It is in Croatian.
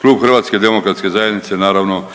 Klub HDZ-a naravno,